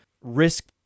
risk